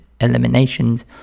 eliminations